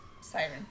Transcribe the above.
siren